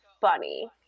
funny